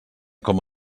com